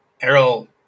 errol